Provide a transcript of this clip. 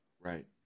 Right